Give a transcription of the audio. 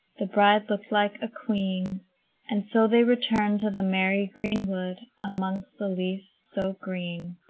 the bride looked like a queen and so they returned to the merry greenwood, amongst the leaves so green.